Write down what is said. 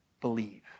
believe